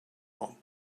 one